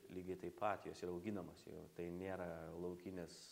lygiai taip pat jos yra auginamos jau tai nėra laukinės